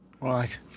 Right